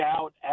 out